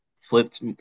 flipped